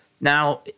Now